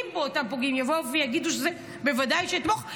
באותם פוגעים יבואו ויגידו: בוודאי שאתמוך,